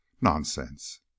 Nonsense